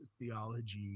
theology